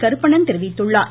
கருப்பணன் தெரிவித்துள்ளார்